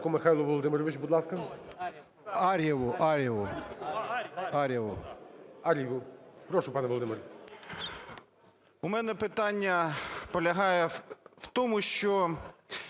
В мене питання полягає в тому, що